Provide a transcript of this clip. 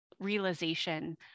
realization